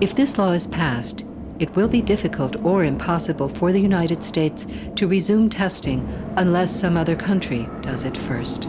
if this law is passed it will be difficult or impossible for the united states to resume testing unless some other country does it first